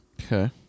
Okay